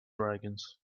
dragons